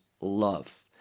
love